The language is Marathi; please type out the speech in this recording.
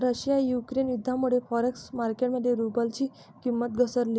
रशिया युक्रेन युद्धामुळे फॉरेक्स मार्केट मध्ये रुबलची किंमत घसरली